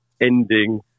ending